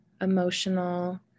emotional